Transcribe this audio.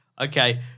Okay